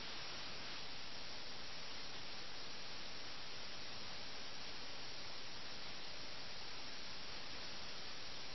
ഈ രണ്ട് പേരും അവരോടൊപ്പം പുകയില ചില്ലം വീഞ്ഞ് എന്നിവ കൊണ്ടുപോകുന്നു